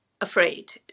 afraid